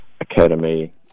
academy